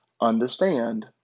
Understand